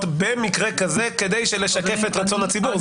במקרה כזה כדי לשקף את רצון הציבור.